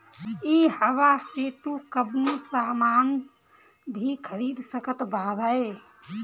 इहवा से तू कवनो सामान भी खरीद सकत बारअ